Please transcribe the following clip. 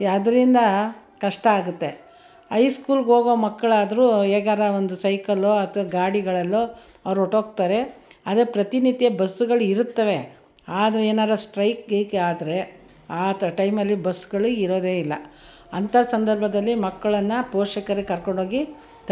ಅಂದರಿಂದ ಕಷ್ಟ ಆಗುತ್ತೆ ಹೈ ಸ್ಕೂಲ್ಗೆ ಹೋಗೋ ಮಕ್ಳು ಆದ್ರೂ ಹೇಗಾರ ಒಂದು ಸೈಕಲ್ಲೊ ಅಥ್ವಾ ಗಾಡಿಗಳಲ್ಲೋ ಅವ್ರು ಹೊರ್ಟೋಗ್ತಾರೆ ಅದೇ ಪ್ರತಿ ನಿತ್ಯ ಬಸ್ಗಳು ಇರುತ್ತವೆ ಆದರೆ ಏನಾರರ ಸ್ಟ್ರೈಕ್ ಗೀಕ್ ಆದರೆ ಆ ಟೈಮಲ್ಲಿ ಬಸ್ಗಳು ಇರೋದೆ ಇಲ್ಲ ಅಂಥ ಸಂದರ್ಭದಲ್ಲಿ ಮಕ್ಳನ್ನ ಪೋಷಕ್ರು ಕರ್ಕೊಂಡು ಹೋಗಿ ತಲುಪಿಸ್ತಾರೆ